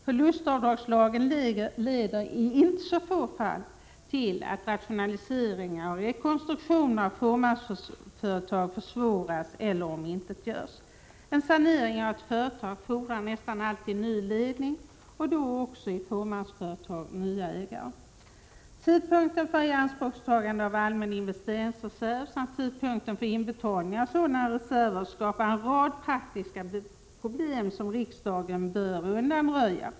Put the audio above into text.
Förlustavdragslagen leder i inte så få fall till att rationaliseringar och rekonstruktioner av fåmansföretag försvåras eller omintetgörs. En sanering av ett företag fordrar nästan alltid ny ledning, i fåmansföretag då också nya ägare. Tidpunkten för ianspråktagande av allmän investeringsreserv samt tidpunkten för inbetalning av sådan reserv skapar en rad praktiska problem, som riksdagen bör undanröja.